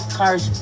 cars